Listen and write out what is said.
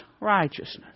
righteousness